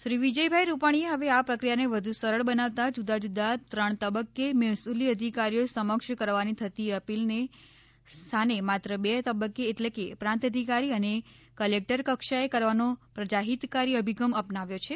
શ્રી વિજયભાઇ રૂપાણીએ હવે આ પ્રક્રિયાને વધુ સરળ બનાવતાં જુદા જુદા ત્રણ તબક્કે મહેસૂલી અધિકારીઓ સમક્ષ કરવાની થતી અપિલને સ્થાને માત્ર બે તબક્કે એટલે કે પ્રાંત અધિકારી અને કલેકટર કક્ષાએ કરવાનો પ્રજાહિતકારી અભિગમ અપનાવ્યો છે